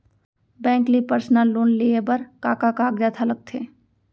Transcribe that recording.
Bank ले personal loan लेये बर का का कागजात ह लगथे?